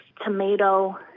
tomato